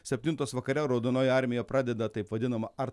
septintos vakare raudonoji armija pradeda taip vadinamą art